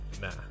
nah